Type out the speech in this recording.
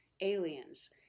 aliens